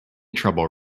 trouble